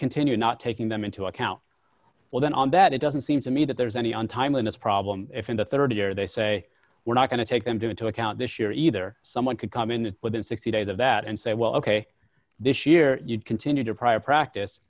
continue not taking them into account well then on that it doesn't seem to me that there's any on timeliness problem if in the rd year they say we're not going to take them to into account this year either someone could come in within sixty days of that and say well ok this year you've continued to prior practice